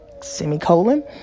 semicolon